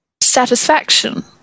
satisfaction